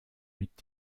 mit